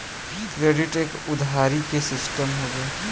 credit एक उधारी के सिस्टम हउवे